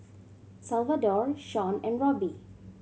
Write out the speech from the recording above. Salvador Shon and Robbie